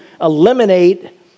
eliminate